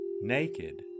Naked